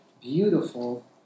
beautiful